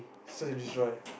search and destroy